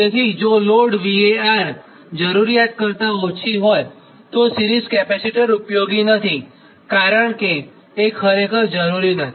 તેથી જો load VAR જરૂરિયાત ઓછી હોયતો સિરીઝ કેપેસિટર ઊપયોગી નથી કારણ કે ખરેખર જરૂર નથી